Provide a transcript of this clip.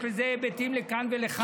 יש לזה היבטים לכאן ולכאן,